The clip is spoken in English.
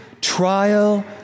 trial